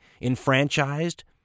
enfranchised